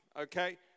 okay